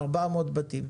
400 בתים.